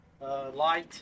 light